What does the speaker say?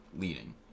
leading